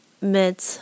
mit